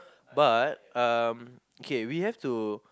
but um okay we have to